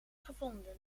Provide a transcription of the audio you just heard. gevonden